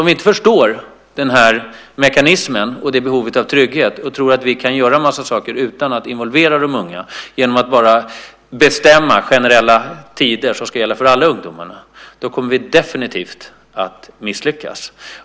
Om vi inte förstår den här mekanismen och det behovet av trygghet och tror att vi kan göra en massa saker utan att involvera de unga, genom att bara bestämma generella tider som ska gälla för alla ungdomar, kommer vi definitivt att misslyckas.